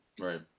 Right